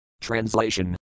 Translation